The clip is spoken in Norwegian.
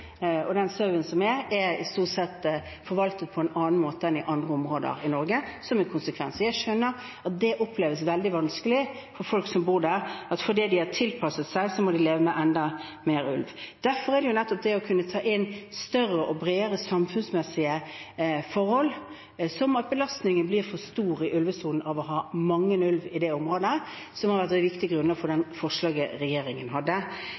stort sett forvaltet på en annen måte enn i andre områder i Norge, som en konsekvens. Jeg skjønner at det oppleves veldig vanskelig for folk som bor der, at fordi de har tilpasset seg, må de leve med enda flere ulver. Derfor har nettopp det å kunne ta inn større og bredere samfunnsmessige forhold, som at belastningen i ulvesonen blir for stor ved å ha mange ulver i det området, vært et viktig grunnlag for det forslaget regjeringen hadde.